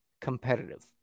competitive